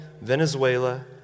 Venezuela